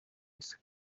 elsa